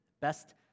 best